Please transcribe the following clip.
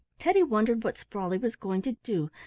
teddy wondered what sprawley was going to do,